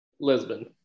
Lisbon